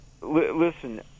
listen